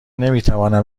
نمیتوانم